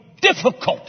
difficult